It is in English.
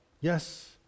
Yes